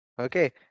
okay